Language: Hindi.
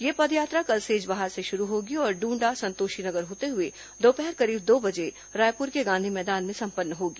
यह पदयात्रा कल सेजबहार से शुरू होगी और डूंडा संतोषी नगर होते हुए दोपहर करीब दो बजे रायपुर के गांधी मैदान में संपन्न होगी